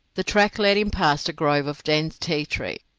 the track led him past a grove of dense ti-tree,